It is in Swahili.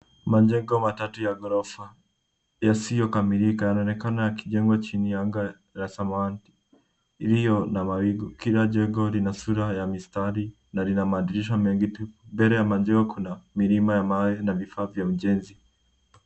Majengo matatu ya ghorofa yasiyokamilika yanaonekana yakijengwa chini ya anga la samawati iliyo na mawingu. Kila jengo lina sura ya mistari na lina madirisha mengi tupu. Mbele ya jengo kuna milima ya mawe na vifaa vya ujenzi.